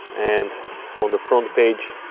and on the front page,